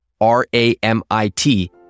R-A-M-I-T